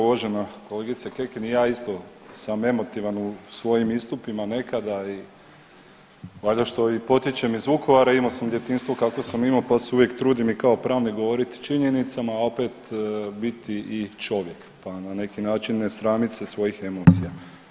Uvažena kolegice Kekin i ja isto sam emotivan u svojim istupima nekada i valja što i potičem iz Vukovara i imamo sam djetinjstvo kakvo sam imao pa se uvijek trudim i kao pravnik govorit činjenicama, a opet biti i čovjek, pa na neki način ne sramit se svojih emocija.